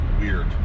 weird